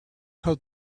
how